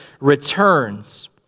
returns